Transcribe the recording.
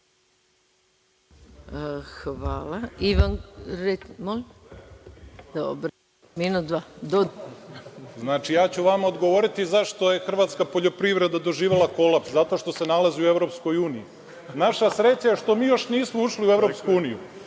Hvala. **Ivan Kostić** Znači, ja ću vama odgovoriti zašto je Hrvatska poljoprivreda doživela kolaps. Zato što se nalazi u EU. Naša sreća je što mi još nismo ušli u EU.